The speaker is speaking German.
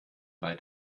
bei